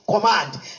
command